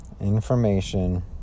information